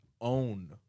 own